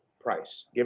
Price